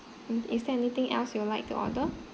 mm is there anything else you would like to order